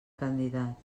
candidat